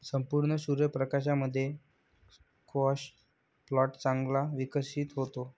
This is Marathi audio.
संपूर्ण सूर्य प्रकाशामध्ये स्क्वॅश प्लांट चांगला विकसित होतो